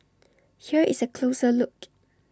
here is A closer look